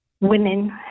women